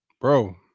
bro